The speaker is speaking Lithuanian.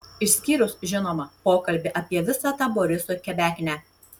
išskyrus žinoma pokalbį apie visą tą boriso kebeknę